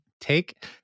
take